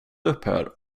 upphör